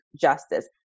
justice